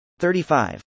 35